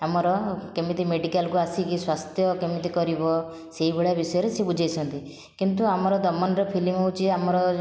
ଆମର କେମିତି ମେଡ଼ିକାଲକୁ ଆସିକି ସ୍ଵାସ୍ଥ୍ୟ କେମିତି କରିବ ସେହିଭଳିଆ ବିଷୟରେ ସେ ବୁଝାଇଛନ୍ତି କିନ୍ତୁ ଆମର ଦମନର ଫିଲ୍ମ ହେଉଛି ଆମର